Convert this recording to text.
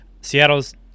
Seattle's